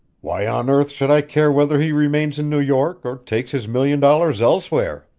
why on earth should i care whether he remains in new york or takes his million dollars elsewhere?